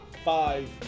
five